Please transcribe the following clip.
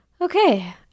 Okay